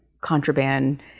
contraband